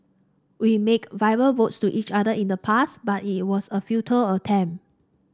we made verbal vows to each other in the past but it was a futile attempt